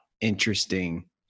interesting